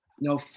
No